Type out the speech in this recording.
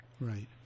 Right